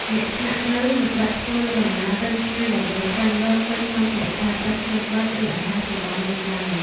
អ្នកស្នាក់នៅមិនបាច់ធ្វើដំណើរទៅឆ្ងាយដើម្បីស្វែងរកទិញសម្ភារប្រើប្រាស់ចាំបាច់ឬអាហារសម្រន់នោះឡើយ។